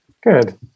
Good